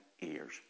ears